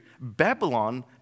Babylon